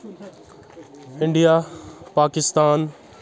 India Pakistan